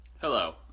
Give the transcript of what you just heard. hello